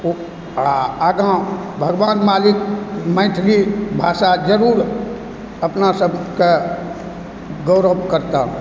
ओ आ आगाँ भगवान मालिक मैथिली भाषा जरूर अपना सभकेँ गौरव करता